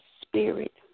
spirit